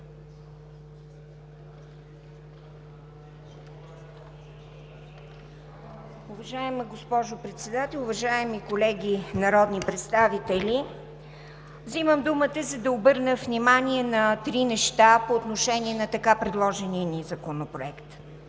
Уважаема госпожо Председател, уважаеми колеги народни представители! Взимам думата, за да обърна внимание на три неща по отношение на така предложения ни законопроект.